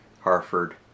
Harford